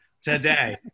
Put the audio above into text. today